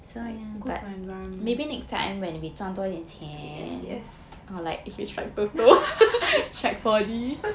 ya good for environment yes yes